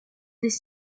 des